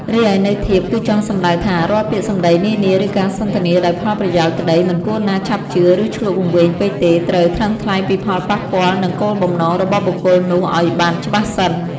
រីឯន័យធៀបគឺចង់សំដៅថា រាល់ពាក្យសម្តីនានា ឬការសន្ទនាដោយផលប្រយោជន៍ក្តីមិនគួរណាឆាប់ជឿឬឈ្លក់វង្វេងពេកទេ ត្រូវ ថ្លឹងថ្លែងពីផលប៉ះពាល់និងគោលបំណងរបស់បុគ្គលនោះឲ្យបានច្បាស់សិន។